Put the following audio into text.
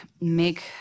make